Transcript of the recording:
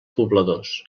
pobladors